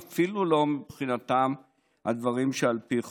ואפילו לא הדברים שעל פי חוק,